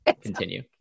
continue